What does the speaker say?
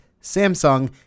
samsung